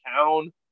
town